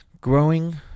growing